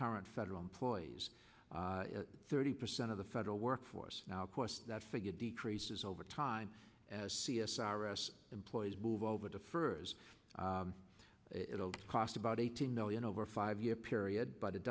current federal employees thirty percent of the federal workforce now of course that figure decreases over time as c s r s employees move over to firs it'll cost about eighteen million over a five year period but it